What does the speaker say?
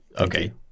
okay